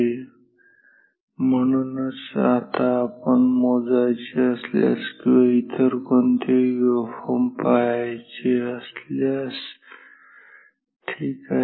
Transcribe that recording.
आणि म्हणूनच आता आपण मोजायचे असल्यास किंवा इतर कोणतेही वेव्हफॉर्म पहायचे असल्यास ठीक आहे